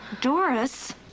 Doris